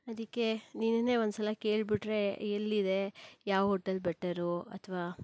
ಅದಕ್ಕೆ ನಿನ್ನನ್ನೇ ಒಂದು ಸಲ ಕೇಳ್ಬಿಟ್ರೆ ಎಲ್ಲಿದೆ ಯಾವ ಹೋಟೆಲ್ ಬೆಟರು ಅಥವಾ